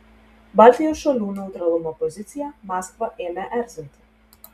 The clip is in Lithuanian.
baltijos šalių neutralumo pozicija maskvą ėmė erzinti